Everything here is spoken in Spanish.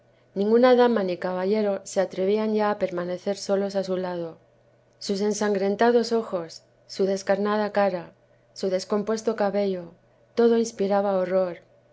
ninguna dama ni caballero se atrevian ya á permanecer solos á su lado sus ensangrentados ojos su descarnada cara su descompuesto cabello todo inspiraba horror